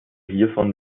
hiervon